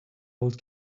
old